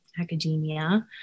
academia